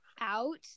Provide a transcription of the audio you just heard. out